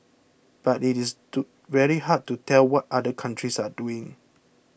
but it is to very hard to tell what other countries are doing